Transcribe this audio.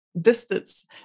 distance